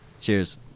Cheers